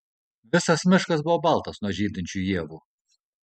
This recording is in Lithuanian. visas miškas buvo baltas nuo žydinčių ievų